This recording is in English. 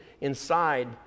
inside